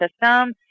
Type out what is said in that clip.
system